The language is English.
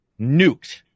nuked